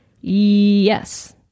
Yes